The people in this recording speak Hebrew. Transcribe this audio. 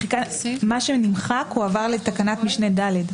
מה שנמחק הועבר לתקנת משנה (ד).